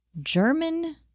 German